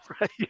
Right